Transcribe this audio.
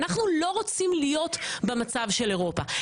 אנחנו לא רוצים להיות במצב שלא אירופה.